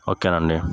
okay అండి